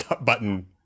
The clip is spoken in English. button